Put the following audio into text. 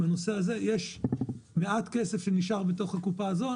בנושא הזה יש מעט כסף שנשאר בתוך הקופה הזו.